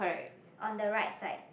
on the right side